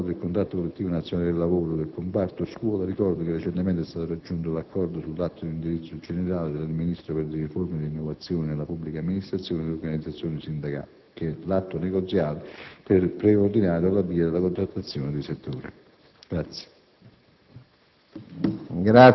Con riguardo, infine, al rinnovo del Contratto collettivo nazionale di lavoro del comparto scuola, ricordo che recentemente è stato raggiunto l'accordo sull'atto di indirizzo generale, tra il Ministro per le riforme e le innovazioni nella pubblica amministrazione e le organizzazioni sindacali, che è l'atto negoziale preordinato all'avvio della contrattazione di settore.